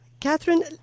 Catherine